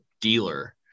dealer